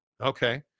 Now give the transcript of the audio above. Okay